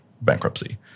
bankruptcy